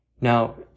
Now